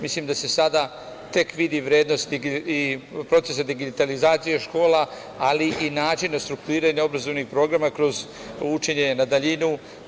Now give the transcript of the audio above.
Mislim da se sada tek vidi vrednost i proces digitalizacije škola, ali i načina strukturiranja obrazovnih programa kroz učenje na daljinu.